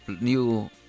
new